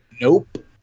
Nope